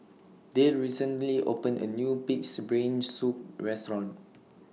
Dayle recently opened A New Pig'S Brain Soup Restaurant